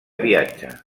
viatge